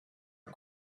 and